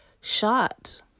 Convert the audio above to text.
shot